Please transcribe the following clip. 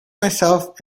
myself